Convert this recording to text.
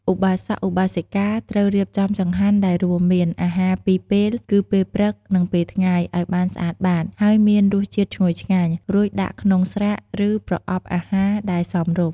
ឧបាសក ឧបាសិកា ត្រូវរៀបចំចង្ហាន់ ដែលរួមមាន អាហារពីរពេល គឺពេលព្រឹក និងថ្ងៃត្រង់ ឲ្យបានស្អាតបាត ហើយមានរសជាតិឈ្ងុយឆ្ងាញ់ រួចដាក់ក្នុងស្រាក់ ឬប្រអប់អាហារដែលសមរម្យ។